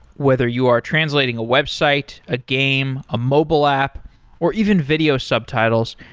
whether you are translating a website, a game, a mobile app or even video subtitles,